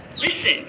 Listen